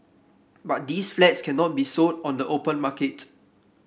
but these flats cannot be sold on the open market